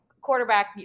quarterback